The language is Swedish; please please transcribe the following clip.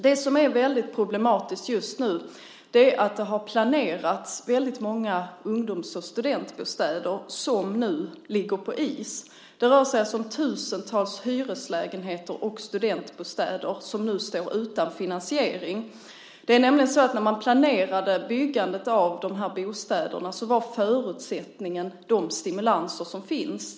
Det som är problematiskt just nu är att det har planerats väldigt många ungdoms och studentbostäder som nu ligger på is. Det rör sig om tusentals hyreslägenheter och studentbostäder som nu står utan finansiering. När man planerade byggandet av de här bostäderna var förutsättningen nämligen de stimulanser som finns.